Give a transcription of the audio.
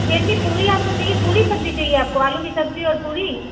بیدمی پوری آپ کو چاہئے پوری سبزی چاہئے آپ کو آلو کی سبزی اور پوری